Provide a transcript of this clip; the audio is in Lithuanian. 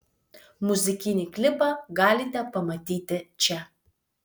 muzikinį klipą galite pamatyti čia